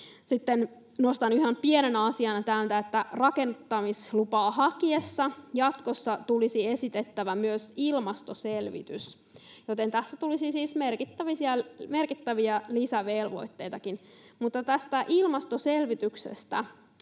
Sitten nostan ihan pienenä asiana täältä, että rakennuttamislupaa haettaessa jatkossa olisi esitettävä myös ilmastoselvitys, joten tässä tulisi siis merkittäviä lisävelvoitteitakin. Mutta tästä ilmastoselvityksestä